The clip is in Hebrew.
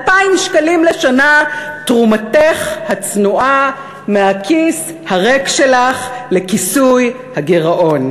2,000 שקלים לשנה תרומתך הצנועה מהכיס הריק שלך לכיסוי הגירעון.